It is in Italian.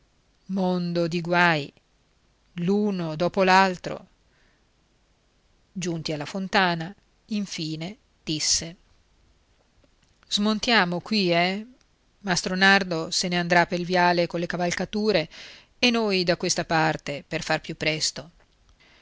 mondo di guai l'uno dopo l'altro giunti alla fontana infine disse smontiamo qui eh mastro nardo se ne andrà pel viale colle cavalcature e noi da questa parte per far più presto